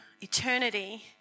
eternity